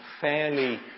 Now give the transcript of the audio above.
fairly